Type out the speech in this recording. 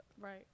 Right